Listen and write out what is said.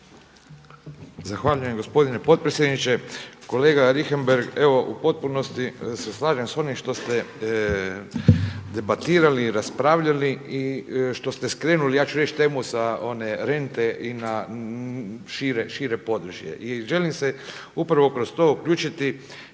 Zahvaljujem gospodine potpredsjedniče. Kolega Richembergh, evo u potpunosti se slažem sa onim što ste debatirali, raspravljali i što ste skrenuli ja ću reći temu sa one rente i na šire područje. I želim se upravo kroz to uključiti